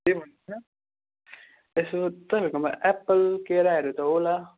के भन्छ यसो तपाईँहरूकोमा एप्पल केराहरू त होला